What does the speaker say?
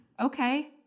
Okay